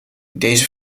deze